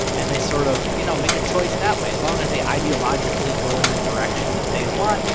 and they sort of, you know, make a choice that way. as long as they ideologically go in the direction that they want,